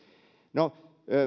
no